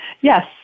Yes